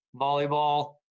volleyball